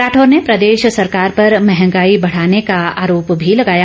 राठौर ने प्रदेश सरकार पर महंगाई बढ़ाने का आरोप भी लगाय